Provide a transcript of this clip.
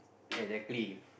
exactly